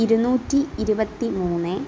ഇരുന്നൂറ്റി ഇരുപത്തി മൂന്ന്